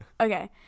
okay